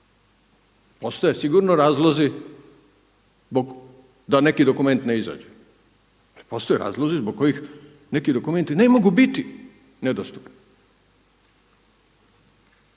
postoje sigurno razlozi da neki dokument ne izađe. Postoje razlozi zbog kojih neki dokumenti ne mogu biti nedostupni.